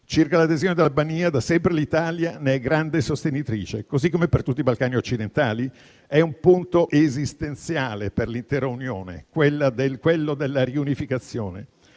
Circa l'adesione dell'Albania, da sempre l'Italia ne è grande sostenitrice, così come per tutti i Balcani occidentali. È un punto esistenziale per l'intera Unione quello della riunificazione.